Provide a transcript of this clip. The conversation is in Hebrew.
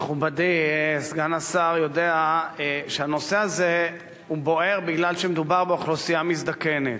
מכובדי סגן השר יודע שהנושא הזה בוער כי מדובר באוכלוסייה מזדקנת,